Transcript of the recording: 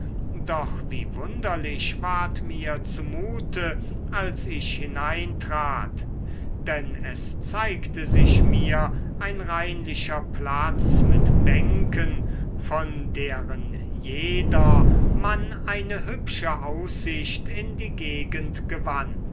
doch wie wunderlich ward mir zu mute als ich hineintrat denn es zeigte sich mir ein reinlicher platz mit bänken von deren jeder man eine hübsche aussicht in die gegend gewann